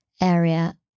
area